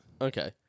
Okay